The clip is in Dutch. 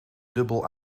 dubbel